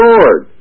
Lord